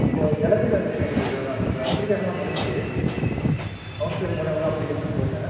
இப்போ electrical engineering எடுக்கறதாக இருந்தேன் சார் அப்ளிகேஷன்லாம் முடிஞ்சிச்சு கவுன்சிலிங் மூலியமாக தான் அப்ளிகேஷன் போட்டேன்